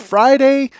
Friday